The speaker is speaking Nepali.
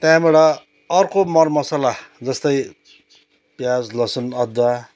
त्यहाँबाट अर्को मरमसला जस्तै प्याज लसुन अदुवा